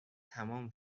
تموم